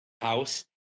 house